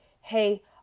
Hey